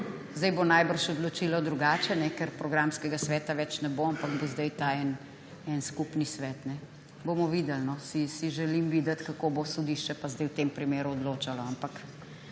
Sedaj bo najbrž odločilo drugače, ker programskega sveta več ne bo, ampak bo sedaj ta skupni svet. Bomo videli. Si želim videti, kako bo sodišče sedaj v tem primeru odločalo.